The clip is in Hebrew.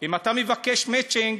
אם אתה מבקש מצ'ינג,